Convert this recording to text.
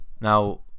Now